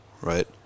right